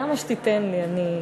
כמה שתיתן לי, אני,